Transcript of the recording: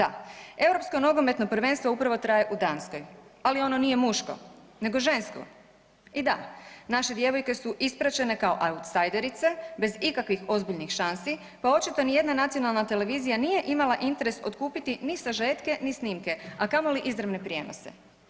Europsko nogometno prvenstvo upravo traje u Danskoj, ali ono nije muško nego žensko i da, naše djevojke su ispraćene kao autsajderice, bez ikakvih ozbiljnih šansi pa očito nijedna nacionalna televizija nije imala interes otkupiti ni sažetke, ni snimke, a kamoli izravne prijenose.